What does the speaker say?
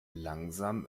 langsam